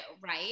right